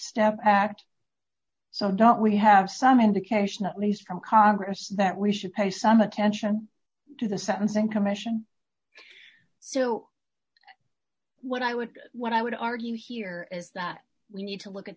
step act so i don't we have some indication at least from congress that we should pay some attention to the sentencing commission so what i would what i would argue here is that we need to look at